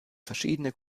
verschiedene